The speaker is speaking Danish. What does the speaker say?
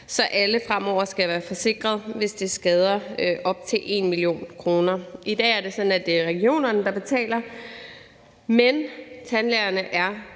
så alle fremover skal være forsikret, hvis det er skader op til 1 mio. kr. I dag er det sådan, at det er regionerne, der betaler, men tandlægerne er